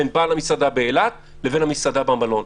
בין בעל המסעדה באילת לבין המסעדה במלון.